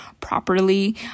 properly